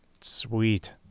Sweet